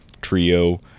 trio